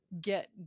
get